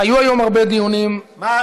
היו היום הרבה דיונים בוועדות.